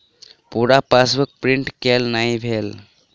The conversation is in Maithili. पूरा पासबुक प्रिंट केल नहि भेल